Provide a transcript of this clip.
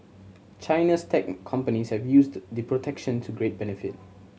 China's tech companies have used the protection to great benefit